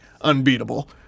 unbeatable